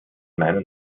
meinen